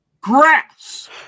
grass